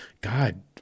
God